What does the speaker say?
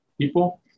people